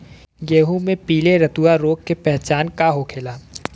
गेहूँ में पिले रतुआ रोग के पहचान का होखेला?